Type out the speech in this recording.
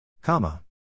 Comma